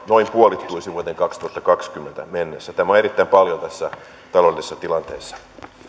noin puolittuisi vuoteen kaksituhattakaksikymmentä mennessä tämä on erittäin paljon tässä taloudellisessa tilanteessa